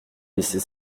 laisser